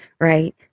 right